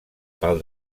pel